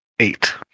eight